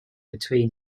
between